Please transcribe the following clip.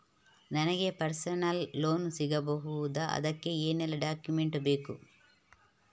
ನನಗೆ personal loan ಸಿಗಬಹುದ ಅದಕ್ಕೆ ಏನೆಲ್ಲ ಡಾಕ್ಯುಮೆಂಟ್ ಬೇಕು?